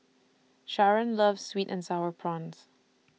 Sharron loves Sweet and Sour Prawns